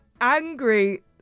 angry